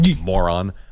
Moron